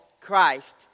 Christ